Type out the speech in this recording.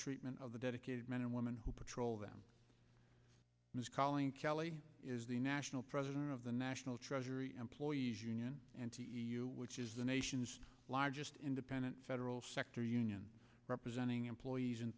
treatment of the dedicated men and women who patrol them most calling kelly is the national president of the national treasury employees union and which is the nation's largest independent federal sector union representing employees